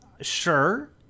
Sure